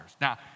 Now